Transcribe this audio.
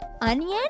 onion